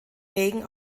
regen